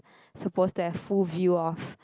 supposed to have full view of